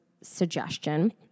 suggestion